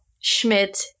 schmidt